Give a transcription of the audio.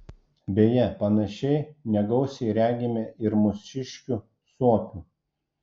beje panašiai negausiai regime ir mūsiškių suopių